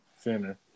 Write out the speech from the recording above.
Center